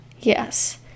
Yes